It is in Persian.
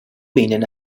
بین